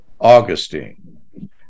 Augustine